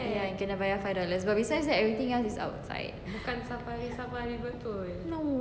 ya kita kena bayar five dollars but besides that everything is like